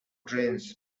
trains